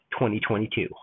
2022